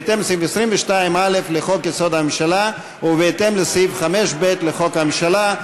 בהתאם לסעיף 22(א) לחוק-יסוד: הממשל ובהתאם לסעיף 5ב לחוק הממשלה,